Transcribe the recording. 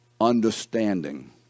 understanding